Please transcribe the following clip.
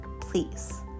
Please